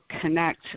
connect